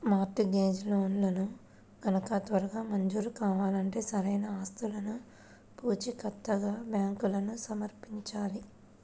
mart gauge లోన్లు గనక త్వరగా మంజూరు కావాలంటే సరైన ఆస్తులను పూచీకత్తుగా బ్యాంకులకు సమర్పించాలి